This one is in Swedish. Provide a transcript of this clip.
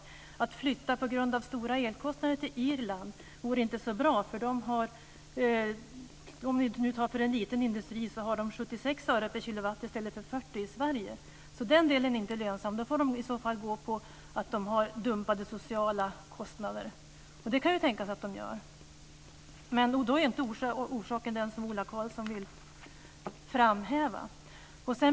Att flytta till Irland på grund av stora elkostnader vore inte så bra, då de har 76 öre per kWh i stället för 40 öre i Sverige. Den delen är inte lönsam. De får i så fall gå på att Irland har dumpade sociala kostnader. Det kan det ju tänkas att de gör, men då är inte orsaken den som Ola Karlsson vill framhäva.